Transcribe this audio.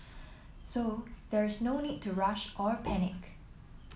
so there is no need to rush or panic